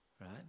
Right